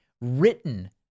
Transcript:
written